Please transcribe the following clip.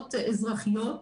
תנועות אזרחיות,